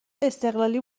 استقلالی